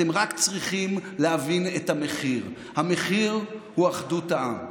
אתם רק צריכים להבין את המחיר: המחיר הוא אחדות העם,